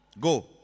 Go